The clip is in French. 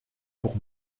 pour